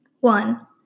One